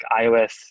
iOS